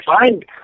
find